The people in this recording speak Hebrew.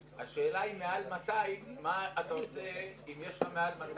השאלה היא מה אתה עושה אם יש לך מעל 200?